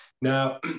Now